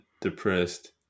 depressed